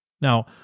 Now